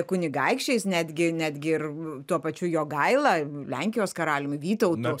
kunigaikščiais netgi netgi ir tuo pačiu jogaila lenkijos karaliumi vytautu